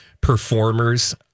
performers